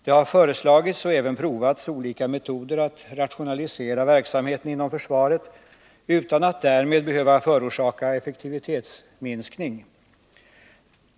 Det har föreslagits — och även provats — olika metoder att rationalisera verksamheten inom försvaret utan att därmed behöva förorsaka effektivitetsminskning.